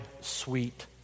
sweet